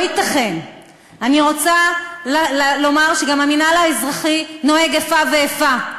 אני רוצה לומר גם שהמינהל האזרחי נוהג איפה ואיפה.